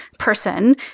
person